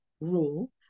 rule